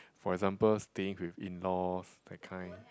for example staying with in laws that kind